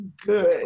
good